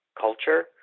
culture